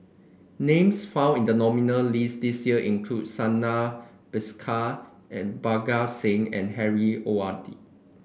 names found in the nominee' list this year include Santha Bhaskar and Parga Singh and Harry O R D